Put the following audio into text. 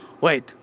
Wait